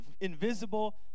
invisible